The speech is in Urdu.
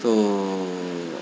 تو